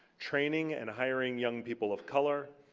training and hiring young people of color,